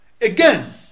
Again